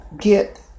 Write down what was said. get